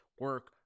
Work